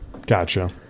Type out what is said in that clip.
Gotcha